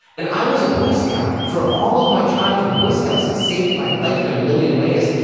and i was a boy scout for all of my childhood. boy scouts saved my life in a million ways,